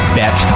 bet